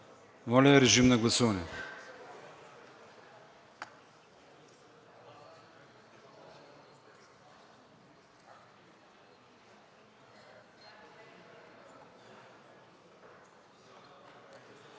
моля, режим на гласуване.